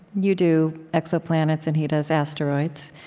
you do exoplanets, and he does asteroids